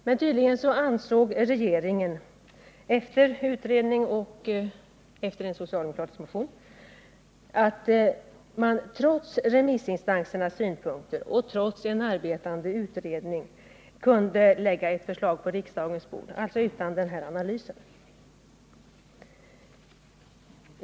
Men tydligen ansåg regeringen — efter utredningen och efter en socialdemokratisk motion — att man trots remissinstansernas synpunkter och en arbetande utredning kunde lägga fram ett förslag på riksdagens bord utan den här analysen.